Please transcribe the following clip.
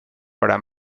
para